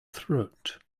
throat